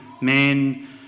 men